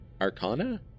arcana